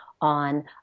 on